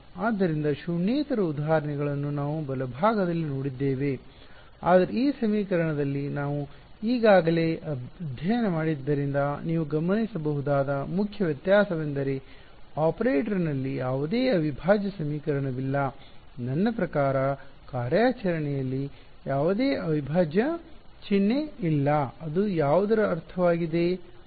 ಆದ್ದರಿಂದ ಶೂನ್ಯೇತರ ಉದಾಹರಣೆಗಳನ್ನು ನಾವು ಬಲಭಾಗದಲ್ಲಿ ನೋಡಿದ್ದೇವೆ ಆದರೆ ಈ ಸಮೀಕರಣದಲ್ಲಿ ನಾವು ಈಗಾಗಲೇ ಅಧ್ಯಯನ ಮಾಡಿದ್ದರಿಂದ ನೀವು ಗಮನಿಸಬಹುದಾದ ಮುಖ್ಯ ವ್ಯತ್ಯಾಸವೆಂದರೆ ಆಪರೇಟರ್ನಲ್ಲಿ ಯಾವುದೇ ಅವಿಭಾಜ್ಯ ಸಮೀಕರಣವಿಲ್ಲ ನನ್ನ ಪ್ರಕಾರ ಕಾರ್ಯಾಚರಣೆಯಲ್ಲಿ ಯಾವುದೇ ಅವಿಭಾಜ್ಯ ಚಿಹ್ನೆ ಇಲ್ಲ ಅದು ಯಾವುದರ ಅರ್ಥವಾಗಿದೆ